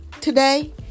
today